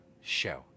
show